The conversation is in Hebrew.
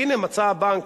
והנה מצא הבנק,